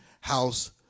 house